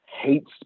hates